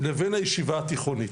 לבין הישיבה התיכונית,